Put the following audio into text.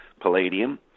palladium